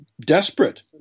desperate